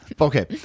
Okay